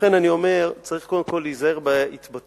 לכן אני אומר שצריך קודם כול להיזהר בהתבטאויות,